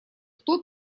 кто